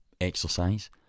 exercise